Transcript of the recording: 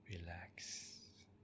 relax